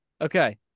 Okay